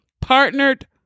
partnered